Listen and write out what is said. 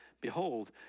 Behold